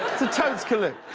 totes collude.